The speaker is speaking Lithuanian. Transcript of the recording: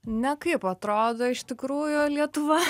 nekaip atrodo iš tikrųjų lietuva